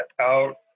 out